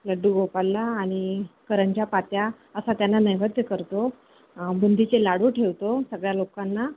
लड्डू गोपालला आणि करंज्या पात्या असा त्यांना नैवेद्य करतो बुंदीचे लाडू ठेवतो सगळ्या लोकांना